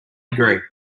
degree